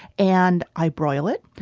and i broil it.